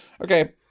Okay